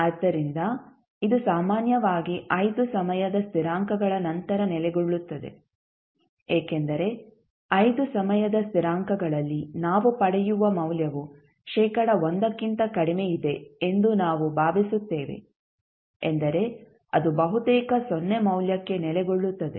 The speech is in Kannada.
ಆದ್ದರಿಂದ ಇದು ಸಾಮಾನ್ಯವಾಗಿ 5 ಸಮಯದ ಸ್ಥಿರಾಂಕಗಳ ನಂತರ ನೆಲೆಗೊಳ್ಳುತ್ತದೆ ಏಕೆಂದರೆ 5 ಸಮಯದ ಸ್ಥಿರಾಂಕಗಳಲ್ಲಿ ನಾವು ಪಡೆಯುವ ಮೌಲ್ಯವು ಶೇಕಡಾ 1 ಕ್ಕಿಂತ ಕಡಿಮೆಯಿದೆ ಎಂದು ನಾವು ಭಾವಿಸುತ್ತೇವೆ ಎಂದರೆ ಅದು ಬಹುತೇಕ ಸೊನ್ನೆ ಮೌಲ್ಯಕ್ಕೆ ನೆಲೆಗೊಳ್ಳುತ್ತದೆ